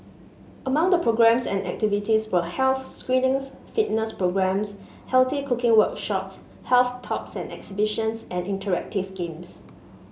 among the programmes and activities were health screenings fitness programmes healthy cooking workshops health talks and exhibitions and interactive games